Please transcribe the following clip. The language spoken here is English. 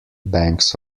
banks